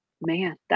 man